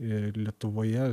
ir lietuvoje